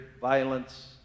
violence